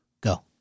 Go